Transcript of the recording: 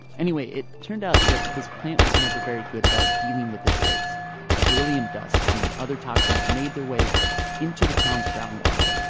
anyway, it turned out that this plant was never very good about dealing with its waste. the beryllium dust and other toxins made their way into the town's ground water.